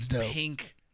pink